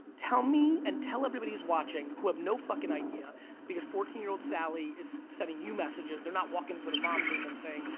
tell me and tell everybody who's watching, who have no fucking idea because fourteen year old sally is sending you messages, they're not walking into their mom's room and saying,